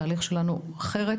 שהוא אחר.